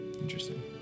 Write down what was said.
Interesting